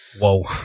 Whoa